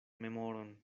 memoron